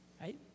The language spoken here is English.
Right